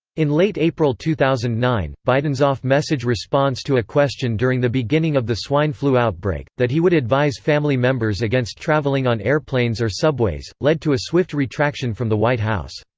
in late april two thousand and nine, biden's off-message response to a question during the beginning of the swine flu outbreak, that he would advise family members against travelling on airplanes or subways, led to a swift retraction from the white house.